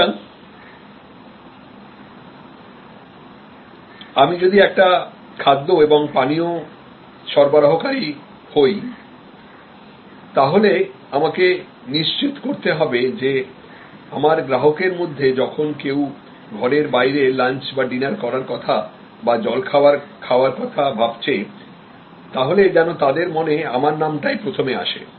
সুতরাং আমি যদি একটা খাদ্য এবং পানীয় সরবরাহকারী কই তাহলে আমাকে নিশ্চিত করতে হবে যে আমার গ্রাহকদের মধ্যে কেউ যদি ঘরের বাইরে lunchdinner করার কথা বা জলখাবার খাওয়ার কথা ভাবে তাহলে যেন তাদের মনে আমার নামটাই প্রথমে আসে